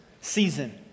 season